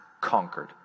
conquered